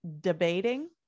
debating